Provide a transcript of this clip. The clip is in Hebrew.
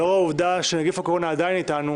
לאור העובדה שנגיף הקורונה עדיין איתנו,